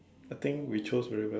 I think we chose very well